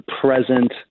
present